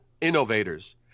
innovators